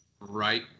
Right